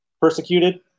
persecuted